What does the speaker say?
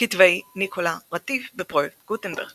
כתבי ניקולא אדם רטיף בפרויקט גוטנברג